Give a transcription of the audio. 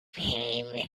him